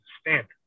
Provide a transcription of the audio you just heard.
standard